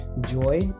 joy